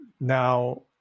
now